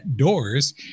doors